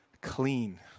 clean